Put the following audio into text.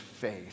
faith